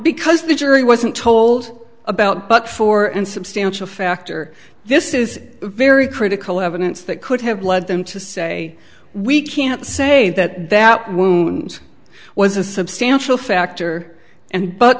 because the jury wasn't told about but for in substantial factor this is very critical evidence that could have led them to say we can't say that that wound was a substantial factor and but